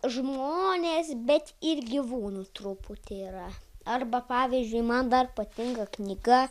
žmonės bet ir gyvūnų truputį yra arba pavyzdžiui man dar patinka knyga